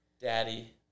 Daddy